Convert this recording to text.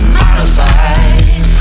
modified